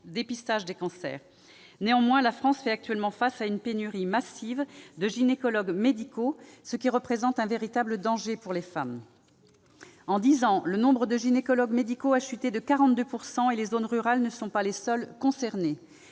dépistage des cancers. Néanmoins, la France fait actuellement face à une pénurie massive de gynécologues médicaux, ce qui représente un véritable danger pour les femmes. C'est bien de le rappeler ! En dix ans, le nombre de gynécologues médicaux a chuté de 42 % et les zones rurales ne sont pas les seules concernées.